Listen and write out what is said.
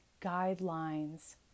guidelines